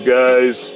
guys